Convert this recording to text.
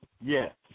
Yes